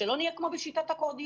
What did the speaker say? שלא נהיה כמו בשיטת אקורדיון.